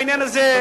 בעניין הזה,